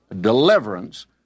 deliverance